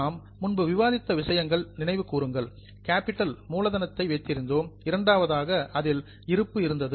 நாம் முன்பு விவாதித்த விஷயங்களை நினைவு கூறுங்கள் கேப்பிட்டல் மூலதனத்தை வைத்திருந்தோம் இரண்டாவதாக அதில் ரிசர்வ் இருப்பு இருந்தது